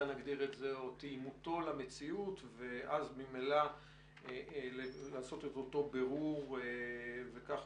או תאימותו למציאות ואז ממילא לעשות איזה בירור וכך,